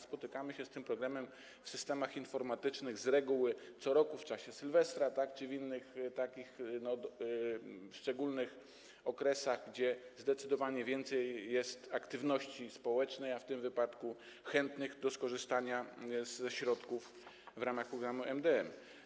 Spotykamy się z tym problemem w systemach informatycznych z reguły co roku w czasie sylwestra czy w innych takich szczególnych okresach, gdy zdecydowanie większa jest aktywność społeczna, a w tym wypadku jest więcej chętnych do skorzystania ze środków w ramach programu MdM.